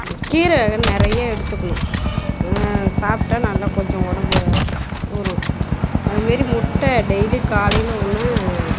கீரை வகைகள் நிறைய எடுத்துக்கணும் சாப்பிடா நல்லா கொஞ்சம் உடம்பு ஊதும் அதுமாரி முட்டை டெய்லியும் காலையில் ஒன்னு